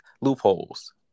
loopholes